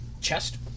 chest